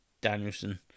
Danielson